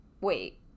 Wait